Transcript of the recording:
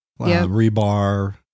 rebar